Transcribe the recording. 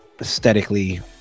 aesthetically